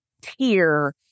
tier